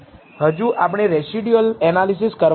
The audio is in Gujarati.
હવે આ બધું આપણે ફક્ત એક જ વસ્તુ માટે કર્યું છે